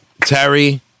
Terry